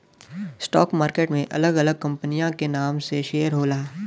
stock market में अलग अलग कंपनियन के नाम से शेयर होला